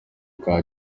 bwa